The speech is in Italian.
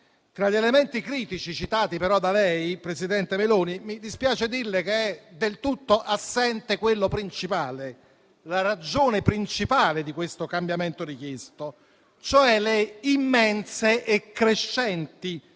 Tra gli elementi critici citati però da lei, presidente Meloni, mi dispiace dirle che è del tutto assente quello principale, la ragione principale di questo cambiamento richiesto, cioè le immense e crescenti